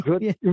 Good